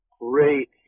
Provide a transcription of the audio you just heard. great